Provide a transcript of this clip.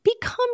become